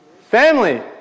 Family